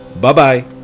Bye-bye